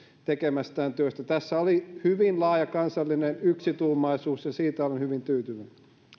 tekemästään työstä tässä oli hyvin laaja kansallinen yksituumaisuus ja siitä olen hyvin tyytyväinen